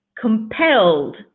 compelled